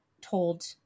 told